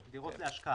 דירות להשקעה.